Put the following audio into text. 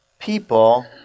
people